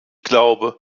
glaube